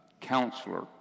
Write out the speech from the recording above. counselor